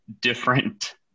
different